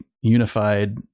unified